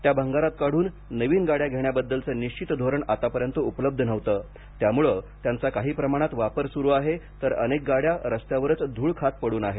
त्या भंगारात काढून नवीन गाड्या घेण्याबद्दलचं निश्चित धोरण आत्तापर्यंत उपलब्ध नव्हतं त्यामूळं त्यांचा काही प्रमाणात वापर सुरु आहे तर अनेक गाड्या रस्त्यावरच धूळ खात पडून आहेत